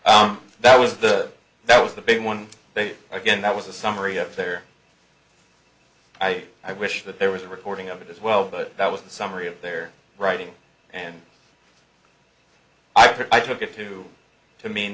guess that was the that was the big one again that was a summary of their i i wish that there was a recording of it as well but that was the summary of their writing and i took it to to me